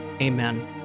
amen